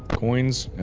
coins? and